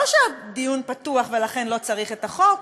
לא שהדיון פתוח ולכן לא צריך את החוק,